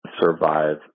survive